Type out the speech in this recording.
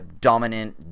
dominant